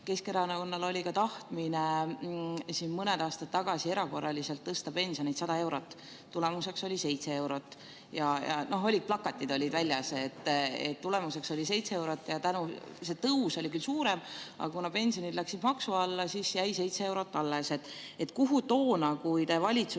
Keskerakonnal oli tahtmine mõned aastad tagasi erakorraliselt tõsta pensione 100 eurot. Tulemuseks oli 7 eurot. Plakatid olid väljas, tulemuseks oli 7 eurot. See tõus oli küll suurem, aga kuna pensionid läksid maksu alla, siis jäi alles 7 eurot. Kuhu toona, kui te valitsust